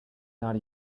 not